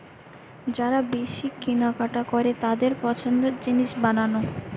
যারা বেশি কিনা কাটা করে তাদের পছন্দের জিনিস বানানো